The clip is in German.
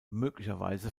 möglicherweise